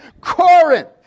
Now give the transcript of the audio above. Corinth